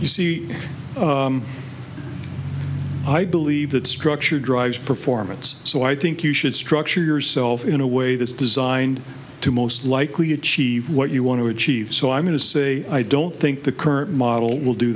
you see i believe that structure drives performance so i think you should structure yourself in a way that's designed to most likely achieve what you want to achieve so i'm going to say i don't think the current model will do